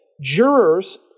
jurors